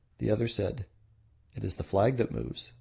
the other said it is the flag that moves